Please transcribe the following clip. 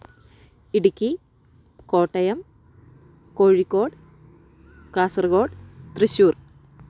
Idukki Kottayam Kozhikode Kasaragod Thrissur